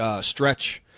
stretch